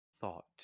thought